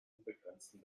unbegrenzten